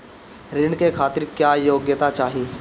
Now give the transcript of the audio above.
ऋण के खातिर क्या योग्यता चाहीं?